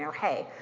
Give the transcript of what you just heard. hey,